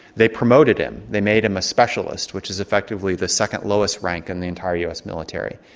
they promoted him. they made him a specialist, which is effectively the second lowest rank in the entire us military.